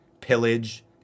pillage